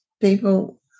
people